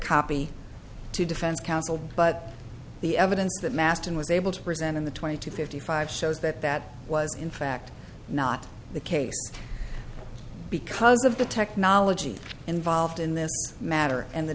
copy to defense counsel but the evidence that maston was able to present in the twenty two fifty five shows that that was in fact not the case because of the technology involved in this matter and the